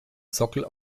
sockel